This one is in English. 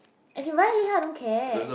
as in Ryan Li-han I don't care